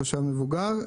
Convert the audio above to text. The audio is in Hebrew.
תושב מבוגר,